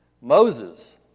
Moses